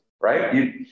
right